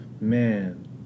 man